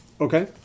Okay